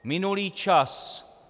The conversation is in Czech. Minulý čas!